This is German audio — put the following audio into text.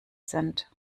sind